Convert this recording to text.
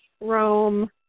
Rome